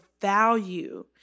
value